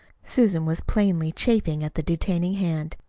susan was plainly chafing at the detaining hand.